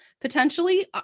potentially